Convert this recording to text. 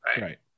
Right